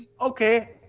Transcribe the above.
Okay